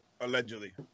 Allegedly